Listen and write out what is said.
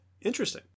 Interesting